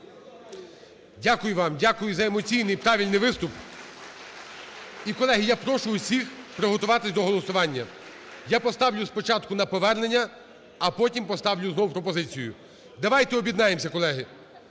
Дякую вам. Дякую за емоційний і правильний виступ. І, колеги, я прошу всіх приготуватись до голосування. Я поставлю спочатку на повернення, а потім поставлю знову пропозицію. Давайте об'єднаємося, колеги.